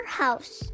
house